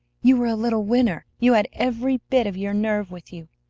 you were a little winner! you had every bit of your nerve with you.